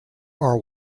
are